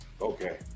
Okay